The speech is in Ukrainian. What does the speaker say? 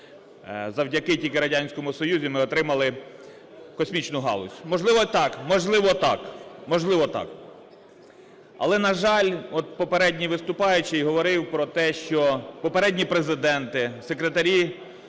завдяки тільки Радянському Союзу ми отримали космічну галузь. Можливо, так, можливо, так, можливо, так. Але, на жаль, попередній виступаючий говорив, про те, що попередні президенти, секретарі